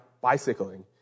bicycling